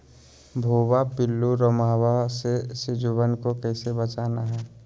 भुवा पिल्लु, रोमहवा से सिजुवन के कैसे बचाना है?